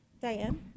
Diane